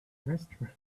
restaurant